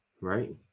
right